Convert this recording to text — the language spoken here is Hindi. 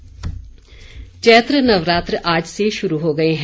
नवरात्र चैत्र नवरात्र आज से शुरू हो गए हैं